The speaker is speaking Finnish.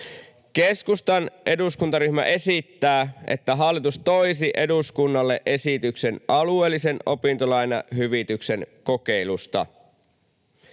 Keskustan eduskuntaryhmä esittää, että hallitus toisi eduskunnalle esityksen alueellisen opintolainahyvityksen kokeilusta.